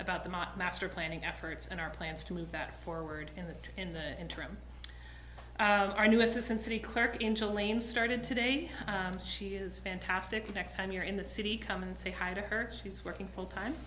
about the my master planning efforts and our plans to move that forward in the in the interim our new assistant city clerk into lane started today she is fantastic the next time you're in the city come and say hi to her she's working full time